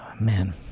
Man